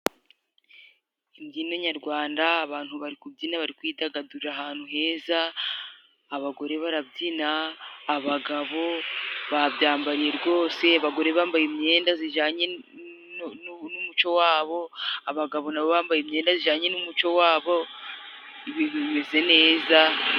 Imbyino nyarwanda abantu bari kubyina, bari kwidagadura ahantu heza, abagore barabyina, abagabo babyambariye rwose, abagore bambaye imyenda zijyanye n'umuco wabo, abagabo nabo bambaye imyenda zijyanye n'umuco wabo, ibintu bimeze neza.